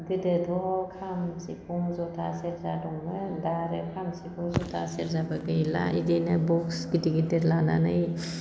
गोदोथ' खाम सिफुं जथा सेरजा दङमोन दा आरो खाम सिफुं जथा सेरजाफोर गैला इदिनो बक्स गिदिर गिदिर लानानै